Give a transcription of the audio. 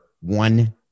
one